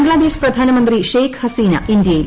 ബംഗ്ലാദേശ് പ്രധാനമന്ത്രി ഷെയ്ഖ് ഹസീന ഇന്ത്യയിൽ